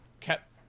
kept